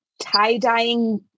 tie-dyeing